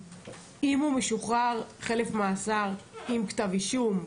אם הוא משוחרר חלף מאסר עם כתב אישום,